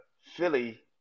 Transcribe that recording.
Philly